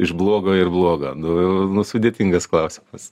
iš blogo ir bloga nu nu sudėtingas klausimas